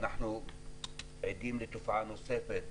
אנחנו עדים לתופעה נוספת,